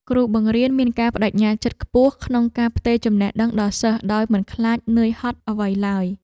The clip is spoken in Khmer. គ្រូបង្រៀនមានការប្តេជ្ញាចិត្តខ្ពស់ក្នុងការផ្ទេរចំណេះដឹងដល់សិស្សដោយមិនខ្លាចនឿយហត់អ្វីឡើយ។